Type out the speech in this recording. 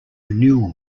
renewal